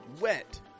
wet